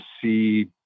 see